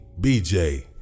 bj